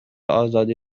آزادی